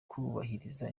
kubahiriza